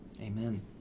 Amen